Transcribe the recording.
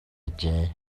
ажээ